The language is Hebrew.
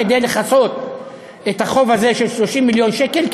כדי לכסות את החוב הזה של 30 מיליון שקל,